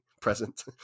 present